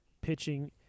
pitching